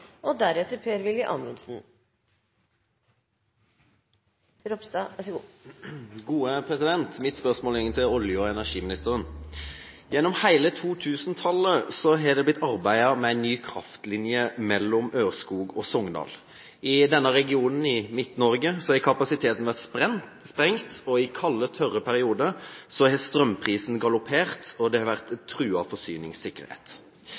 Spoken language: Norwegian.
Mitt spørsmål går til olje- og energiministeren. Gjennom hele 2000-tallet har det blitt arbeidet med ny kraftlinje mellom Ørskog og Sogndal. I denne regionen, i Midt-Norge, har kapasiteten vært sprengt, og i kalde, tørre perioder har strømprisen galoppert, og forsyningssikkerheten har vært